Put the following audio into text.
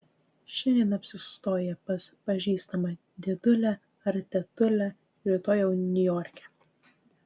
šiandien apsistoję pas pažįstamą dėdulę ar tetulę rytoj jau niujorke